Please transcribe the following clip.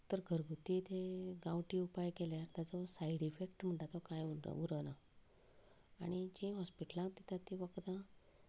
तर घरगुती ते गांवठी उपाय केल्यार ताचो सायड इफेक्ट म्हणटा तो कांय उरना आनी जीं हॉस्पिटलांत दितात तीं वखदां